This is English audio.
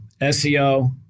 SEO